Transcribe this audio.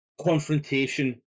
confrontation